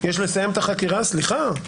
יש לסיים את החקירה סליחה,